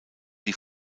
die